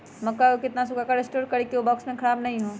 मक्का को कितना सूखा कर स्टोर करें की ओ बॉक्स में ख़राब नहीं हो?